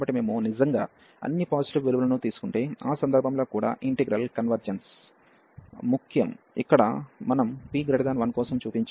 కాబట్టి మేము నిజంగా అన్ని పాజిటివ్ విలువలను తీసుకుంటే ఆ సందర్భంలో కూడా ఈ ఇంటిగ్రల్ కన్వర్జెన్స్ ముఖ్యం ఇక్కడ మనం p 1 కోసం చూపించాము